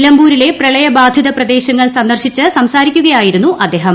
നിലമ്പൂരിലെ പ്രളയബാധിത പ്രദേശങ്ങൾ സന്ദർശിച്ച് സംസാരിക്കുകയായിരുന്നു അദ്ദേഹം